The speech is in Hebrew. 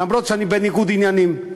אף שאני בניגוד עניינים.